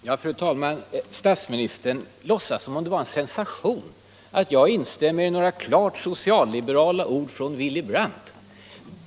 Fru talman! Statsministern låtsas som om det var en sensation att jag instämmer i några klart socialliberala ord av Willy Brandt.